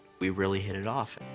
we really hit it off.